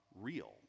real